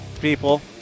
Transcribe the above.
people